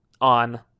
on